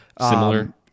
similar